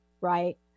right